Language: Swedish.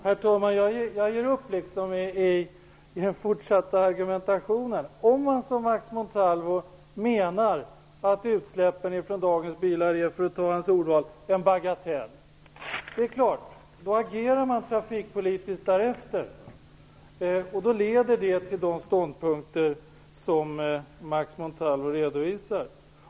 Herr talman! Jag ger upp den fortsatta argumentationen. Om man som Max Montalvo menar att utsläppen från dagens bilar är ''en bagatell'' är det klart att han agerar trafikpolitiskt därefter. Det leder då till de ståndpunkter som Max Montalvo redovisar.